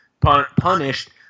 punished